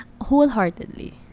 wholeheartedly